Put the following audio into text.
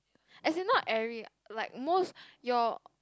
as in not every like most your